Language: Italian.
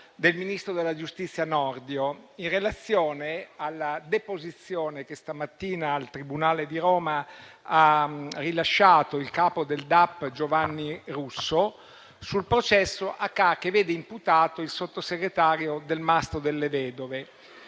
del ministro della giustizia Nordio in relazione alla deposizione che stamattina al tribunale di Roma ha rilasciato il capo del DAP Giovanni Russo, sul processo che vede imputato il sottosegretario Delmastro Delle Vedove.